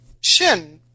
Shin